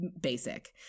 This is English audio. basic